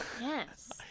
yes